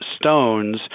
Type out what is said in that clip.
stones